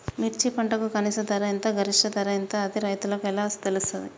మిర్చి పంటకు కనీస ధర ఎంత గరిష్టంగా ధర ఎంత అది రైతులకు ఎలా తెలుస్తది?